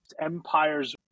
Empires